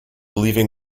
leaving